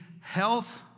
health